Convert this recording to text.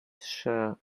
sure